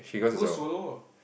go solo lah